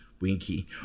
Winky